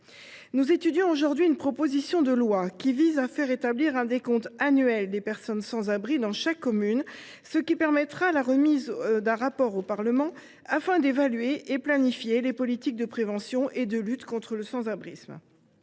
Nous étudions aujourd’hui une proposition de loi qui vise à faire établir un décompte annuel des personnes sans abri dans chaque commune, rendant possible la remise d’un rapport au Parlement afin d’évaluer et de planifier les politiques de prévention et de lutte contre le phénomène.